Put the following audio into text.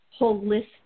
holistic